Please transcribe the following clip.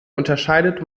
unterscheidet